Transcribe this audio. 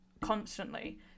constantly